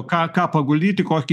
ką ką paguldyt į kokį